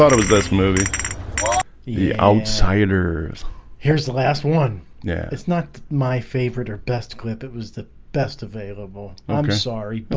sort of movie the outsiders here's the last one yeah, it's not my favorite or best clip it was the best available i'm sorry, but